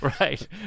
Right